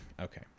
Okay